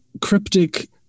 cryptic